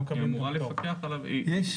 היא אמורה לפקח על --- בסדר,